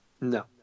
No